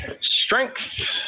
Strength